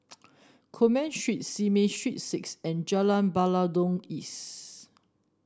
Coleman Street Simei Street Six and Jalan Batalong East